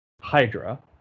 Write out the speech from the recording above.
Hydra